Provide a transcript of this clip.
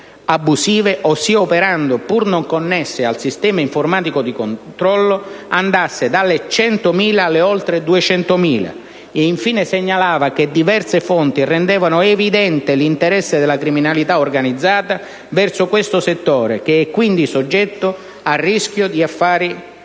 abusive - ossia operanti pur non connesse al sistema informatico di controllo - andasse dalle 100.000 alle oltre 200.000. Infine segnalava che diverse fonti rendevano «evidente l'interesse della criminalità organizzata verso questo settore, che è quindi soggetto a rischi di infiltrazione